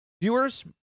viewers